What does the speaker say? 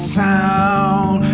sound